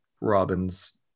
Robin's